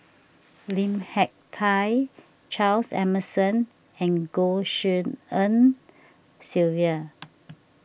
Lim Hak Tai Charles Emmerson and Goh Tshin En Sylvia